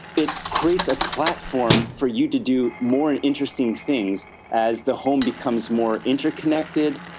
it creates a platform for you to do more and interesting things as the home becomes more interconnected,